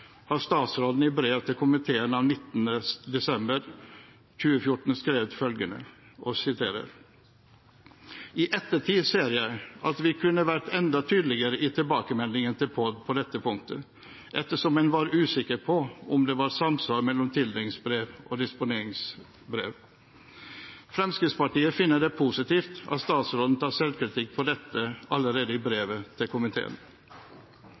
har statsråden i brev til komiteen av 19. desember 2014 skrevet følgende: «I ettertid ser jeg at vi kunne vært enda tydeligere i tilbakemeldingen til POD på dette punktet, dersom en var usikker på om det var samsvar mellom tildelingsbrev og disponeringsskriv.» Fremskrittspartiet finner det positivt av statsråden tar selvkritikk på dette allerede i brevet til komiteen.